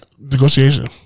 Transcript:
negotiation